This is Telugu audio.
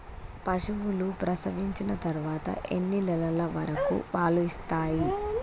పశువులు ప్రసవించిన తర్వాత ఎన్ని నెలల వరకు పాలు ఇస్తాయి?